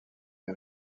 est